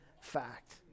fact